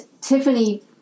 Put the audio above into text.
Tiffany